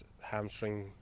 hamstring